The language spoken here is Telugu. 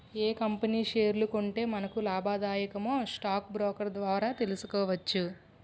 ఏ కంపెనీ షేర్లు కొంటే మనకు లాభాదాయకమో స్టాక్ బ్రోకర్ ద్వారా తెలుసుకోవచ్చు